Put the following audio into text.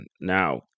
Now